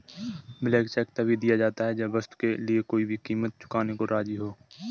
blank cheque तभी दिया जाता है जब वस्तु के लिए कोई भी कीमत चुकाने को राज़ी हो